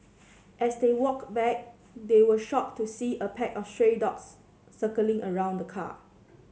as they walked back they were shocked to see a pack of stray dogs circling around the car